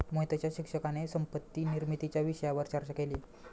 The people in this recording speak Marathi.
मोहितच्या शिक्षकाने संपत्ती निर्मितीच्या विषयावर चर्चा केली